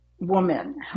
woman